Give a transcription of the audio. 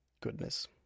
Goodness